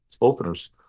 openers